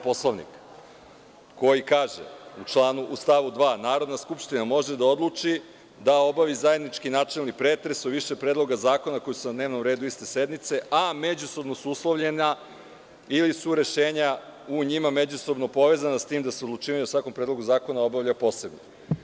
Poslovnika koji kaže u stavu 2. – Narodna skupština može da odluči da obavi zajednički načelni pretres o više predloga zakona koji su na dnevnom redu iste sednice, a međusobno su uslovljeni ili su rešenja u njima međusobno povezana, s tim što se odlučivanje o svakom predlogu zakona obavlja posebno.